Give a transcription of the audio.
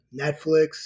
Netflix